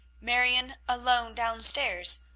marion alone down-stairs,